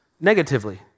negatively